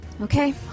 okay